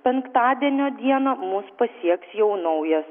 penktadienio dieną mus pasieks jau naujas